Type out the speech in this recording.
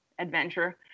adventure